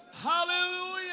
Hallelujah